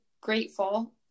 grateful